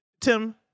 Tim